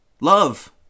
love